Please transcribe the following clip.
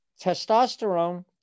testosterone